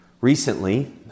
Recently